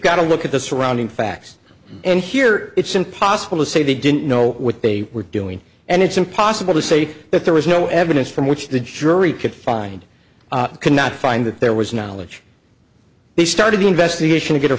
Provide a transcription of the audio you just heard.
got to look at the surrounding facts and here it's impossible to say they didn't know what they were doing and it's impossible to say that there was no evidence from which the jury could find could not find that there was knowledge they started the investigation to get a